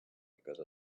because